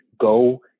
go